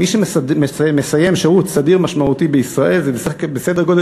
מי שמסיים שירות משמעותי בישראל זה סדר גודל